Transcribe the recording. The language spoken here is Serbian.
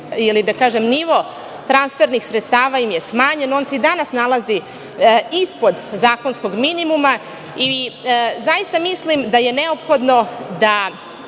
ili nivo transfernih sredstava im je smanjen. On se i danas nalazi ispod zakonskog minimuma i zaista mislim da je neophodno da